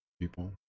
people